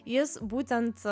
jis būtent